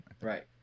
Right